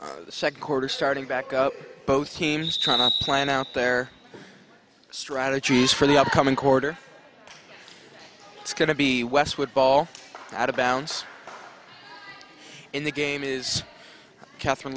way second quarter starting back up both teams trying to plan out their strategies for the upcoming quarter it's going to be westwood ball out of bounds in the game is katherine